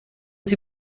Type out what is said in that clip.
sie